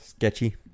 Sketchy